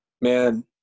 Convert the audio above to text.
man